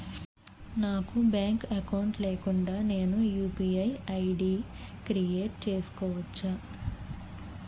నాకు bank account లేకుండా నేను యు.పి.ఐ ఐ.డి క్రియేట్ చేసుకోవచ్చా?